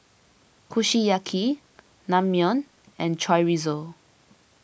Kushiyaki Naengmyeon and Chorizo